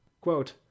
Quote